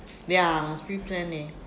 ya must pre plan leh